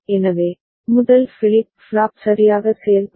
எனவே முதல் flip flop சரியாக செயல்படும்